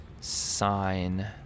sign